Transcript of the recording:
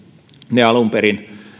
alun perin ne